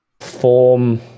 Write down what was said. form